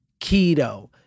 Keto